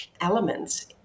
elements